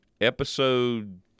episode